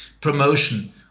promotion